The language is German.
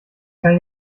kein